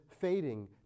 fading